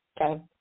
okay